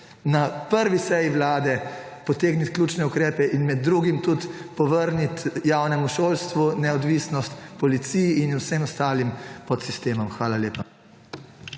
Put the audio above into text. na prvi seji vlade potegniti ključne ukrepe in med drugim tudi povrniti javnemu šolstvu neodvisnost, Policiji in vsem ostalim podsistemom. Hvala lepa.